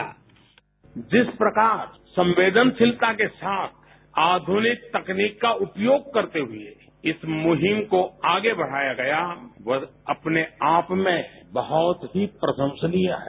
sound bite जिस प्रकार संवेदनशीलता के साथ आधुनिक तकनीक का उपयोग करते हये इस मुहिम को आगे बढ़ाया गया वह अपने आप में बहत ही प्रशंसनीय है